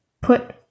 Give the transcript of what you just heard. put